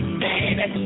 baby